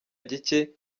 gike